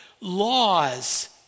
Laws